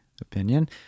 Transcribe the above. opinion